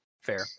Fair